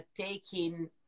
taking